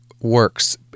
works